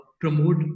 promote